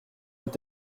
est